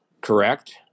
correct